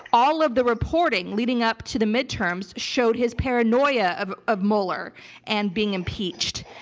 all of the reporting leading up to the midterms showed his paranoia of of mueller and being impeached.